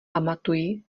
pamatuji